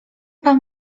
pan